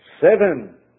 Seven